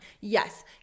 Yes